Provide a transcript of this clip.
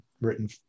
written